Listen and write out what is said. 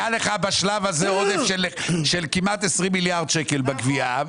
היה לך בשלב הזה עודף של כמעט 20 מיליארד שקל בגבייה.